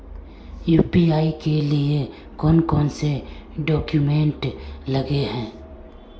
UPI के लिए कौन कौन से डॉक्यूमेंट लगे है?